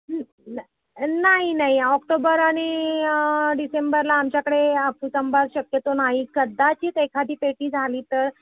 ना नाही नाही ऑक्टोबर आणि डिसेंबरला आमच्याकडे हापूस आंबा शक्यतो नाही कदाचित एखादी पेटी झाली तर